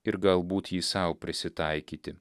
ir galbūt jį sau prisitaikyti